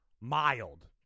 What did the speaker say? mild